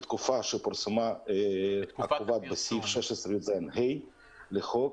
בתקופת הפרסום הקבועה בסעיף 16יז(ה) לחוק,